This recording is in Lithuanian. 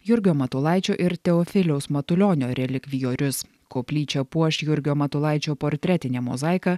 jurgio matulaičio ir teofiliaus matulionio relikvijorius koplyčią puoš jurgio matulaičio portretinė mozaika